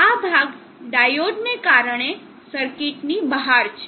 આ ભાગ ડાયોડને કારણે સર્કિટની બહાર છે